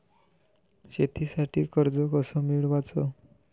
शेतीसाठी कर्ज कस मिळवाच?